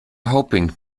hoping